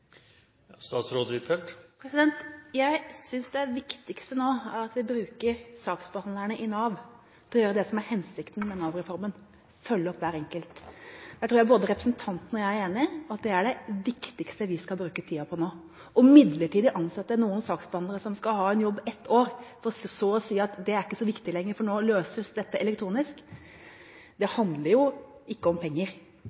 Jeg synes det viktigste nå er at vi bruker saksbehandlerne i Nav til å gjøre det som er hensikten med Nav-reformen, nemlig å følge opp hver enkelt. Jeg tror både representanten og jeg er enige om at det er det viktigste vi skal bruke tiden på nå, og ikke ansette noen midlertidige saksbehandlere som skal ha en jobb i ett år, for så å si at det er ikke så viktig lenger